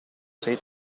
sei